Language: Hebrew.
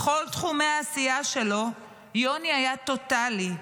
בכל תחומי העשייה שלו יוני היה טוטלי,